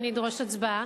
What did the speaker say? ואני אדרוש הצבעה.